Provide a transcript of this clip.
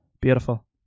beautiful